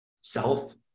self